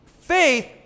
Faith